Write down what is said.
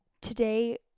Today